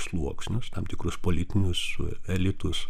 sluoksnius tam tikrus politinius elitus